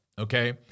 Okay